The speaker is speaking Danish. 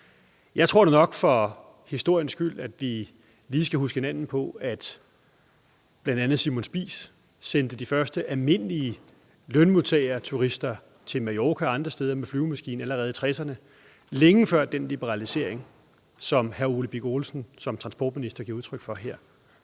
Jeg tror nu nok for historiens skyld, at vi lige skal huske hinanden på, at bl.a. Simon Spies sendte de første almindelige lønmodtagerturister til Mallorca og andre steder med flyvemaskine allerede i 1960'erne, længe før den liberalisering, som transportministeren omtaler her,